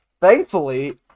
Thankfully